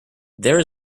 there